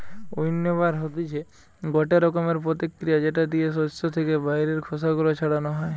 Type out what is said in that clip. উইন্নবার হতিছে গটে রকমের প্রতিক্রিয়া যেটা দিয়ে শস্য থেকে বাইরের খোসা গুলো ছাড়ানো হয়